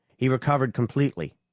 he recovered completely,